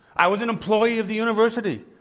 i was an employee of the university.